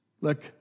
Look